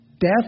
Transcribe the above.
death